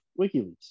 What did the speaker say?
wikileaks